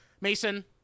Mason